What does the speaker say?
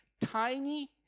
tiny